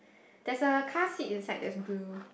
that's a car seat inside that's blue